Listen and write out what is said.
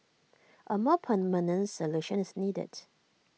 A more permanent solution is needed